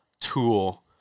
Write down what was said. tool